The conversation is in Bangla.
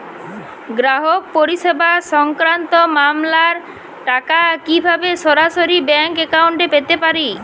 গ্রাহক পরিষেবা সংক্রান্ত মামলার টাকা কীভাবে সরাসরি ব্যাংক অ্যাকাউন্টে পেতে পারি?